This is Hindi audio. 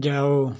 जाओ